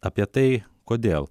apie tai kodėl